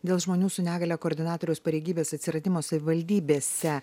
dėl žmonių su negalia koordinatoriaus pareigybės atsiradimo savivaldybėse